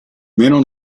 meno